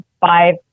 five